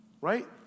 right